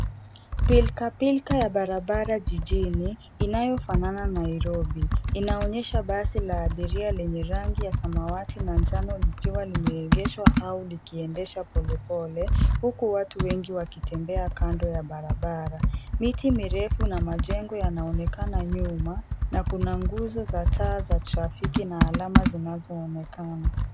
Pilkapilka ya barabara jijini, inayofanana Nairobi. Inaonyesha basi la abiria lenye rangi ya samawati na jano likiwa limeengeshwa au likiendeshwa pole pole. Huku watu wengi wakitembea kando ya barabara. Miti mirefu na majengo yanaonekana nyuma, na kuna guzo za taa za trafiki na alama zinazoonekana.